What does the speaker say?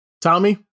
Tommy